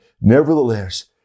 Nevertheless